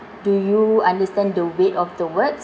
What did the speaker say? do you understand the weight of the words